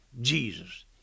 Jesus